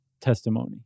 testimony